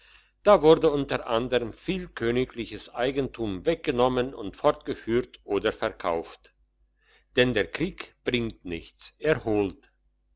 da wurde unter anderm viel königliches eigentum weggenommen und fortgeführt oder verkauft denn der krieg bringt nichts